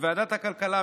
בוועדת הכלכלה,